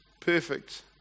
perfect